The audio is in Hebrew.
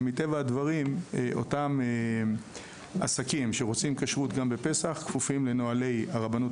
ומטבע הדברים אותם עסקים שרוצים כשרות גם בפסח כפופים לנוהלי הרבנות